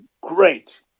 great